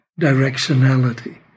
directionality